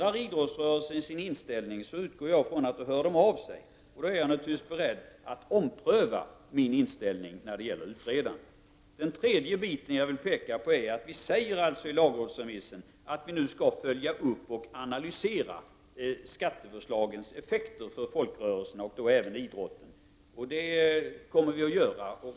Jag utgår från att idrottsrörelsen hör av sig om man ändrar sin inställning, och då är jag naturligtvis beredd att ompröva min inställning till utredningen. En annan sak som jag vill påpeka är att regeringen i lagrådsremissen säger att vi nu skall följa upp och analysera skattförslagens effekter för folkrörelserna, och då även för idrotten. Det kommer vi att göra.